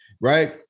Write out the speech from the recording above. right